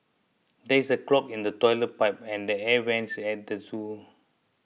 there is a clog in the Toilet Pipe and the Air Vents at the zoo